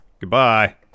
Goodbye